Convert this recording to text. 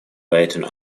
latin